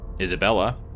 Isabella